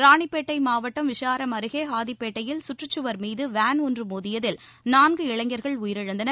ராணிப்பேட்டை மாவட்டம் ஆர்காடு அடுத்த விஷாரம் அருகே ஹாதிப்பேட்டையில் சுற்றுச்சுவர் மீது வேன் ஒன்று மோதியதில் நான்கு இளைஞர்கள் உயிரிழந்தனர்